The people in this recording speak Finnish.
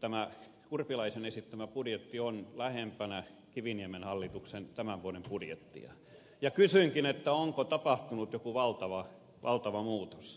tämä urpilaisen esittämä budjetti on lähempänä kiviniemen hallituksen tämän vuoden budjettia ja kysynkin onko tapahtunut joku valtava muutos